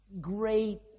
great